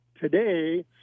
today